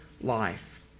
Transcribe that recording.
life